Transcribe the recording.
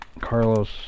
Carlos